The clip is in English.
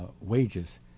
wages